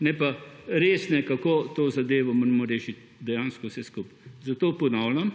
ne pa resnih, kako to zadevo moramo rešiti dejansko vse skupaj. Zato ponavljam,